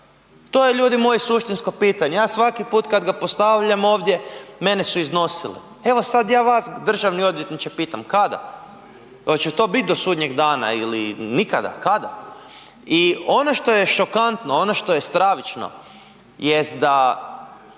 to je ljudi moji suštinsko pitanje, ja svaki put kad ga postavljam ovdje mene su iznosili. Evo sad ja vas državni odvjetniče pitam kada? Oće to biti do sudnjeg dana ili nikada. Kada? I ono što je šokantno, ono što je stravično jest da